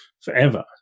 forever